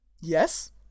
yes